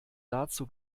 dazu